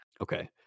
Okay